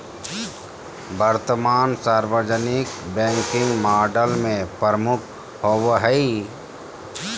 वर्तमान सार्वजनिक banking model में प्रमुख होबो हइ